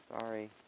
Sorry